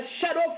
shadow